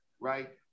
right